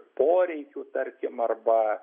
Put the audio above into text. poreikių tarkim arba